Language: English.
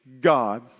God